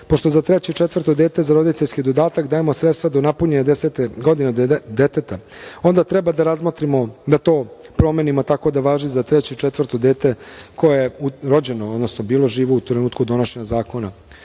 pošto za treće i četvrto dete za roditeljski dodatak dajemo sredstva do napunjene desete godine deteta. Onda treba da razmotrimo da to promenimo tako da važi za treće i četvrto dete koje je rođeno, odnosno bilo živo u trenutku donošenja zakona